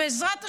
"בעזרת השם",